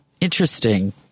interesting